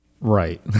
right